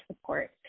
support